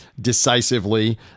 decisively